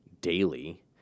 daily